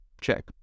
check